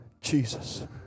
Jesus